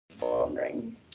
wondering